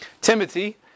Timothy